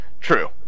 True